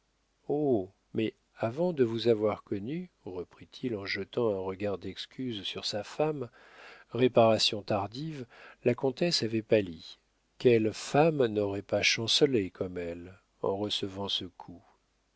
mais avant de vous avoir connue reprit-il en jetant un regard d'excuse sur sa femme réparation tardive la comtesse avait pâli quelle femme n'aurait pas chancelé comme elle en recevant ce coup